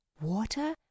water